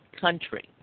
country